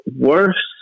worse